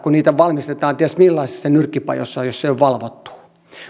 kun niitä valmistetaan ties millaisissa nyrkkipajoissa jos se ei ole valvottua